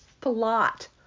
plot